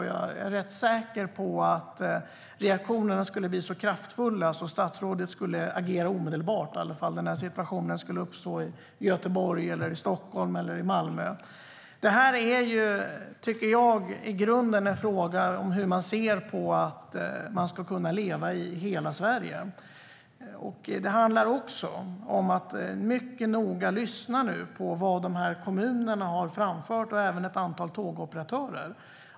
Jag är rätt säker på att reaktionerna skulle bli så kraftfulla att statsrådet skulle agera omedelbart, i varje fall om den situationen skulle uppstå i Göteborg, Stockholm eller Malmö. Detta är i grunden en fråga om hur man ser på att människor ska kunna leva i hela Sverige. Det handlar också om att nu mycket noga lyssna på vad kommunerna och även antal tågoperatörer har framfört.